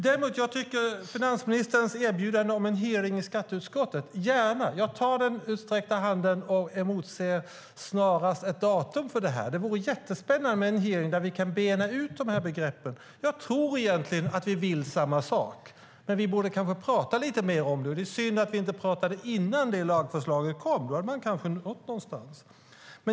När det däremot gäller finansministerns erbjudande om en hearing i skatteutskottet säger jag: Gärna! Jag tar den utsträckta handen och emotser snarast ett datum för det. Det vore jättespännande med en hearing där vi kunde bena ut begreppen. Jag tror egentligen att vi vill samma sak, men vi borde kanske prata lite mer om det. Det är synd att vi inte pratade innan lagförslaget kom, för då hade man kanske nått någonstans.